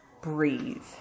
breathe